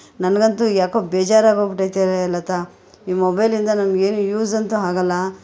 ನನಗಂತು ಯಾಕೋ ಬೇಜಾರ್ ಆಗೋಗ್ಬಿಟೈತೇ ಲತಾ ಈ ಮೊಬೈಲಿಂದ ನಮಗೇನು ಯೂಸ್ ಅಂತು ಆಗಲ್ಲ